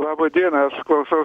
laba diena aš klausau